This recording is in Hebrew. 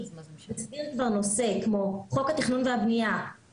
שמסדיר כבר נושא כמו חוק התכנון והבנייה,